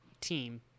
team